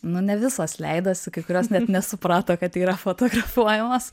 nu nevisos leidosi kai kurios net nesuprato kad tai yra fotografuojamos